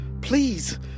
Please